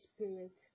Spirit